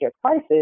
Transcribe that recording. crisis